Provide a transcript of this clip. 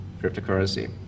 cryptocurrency